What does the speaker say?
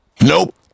Nope